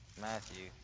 Matthew